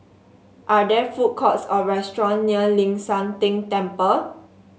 are there food courts or restaurant near Ling San Teng Temple